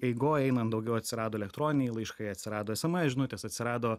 eigoj einant daugiau atsirado elektroniniai laiškai atsirado sms žinutės atsirado